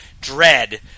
dread